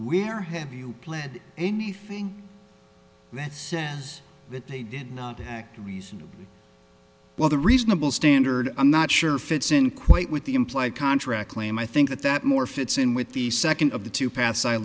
where have you pled anything that says that they did not act reasonably well the reasonable standard i'm not sure fits in quite with the implied contract claim i think that that more fits in with the second of the two paths i